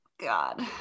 God